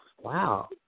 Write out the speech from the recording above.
Wow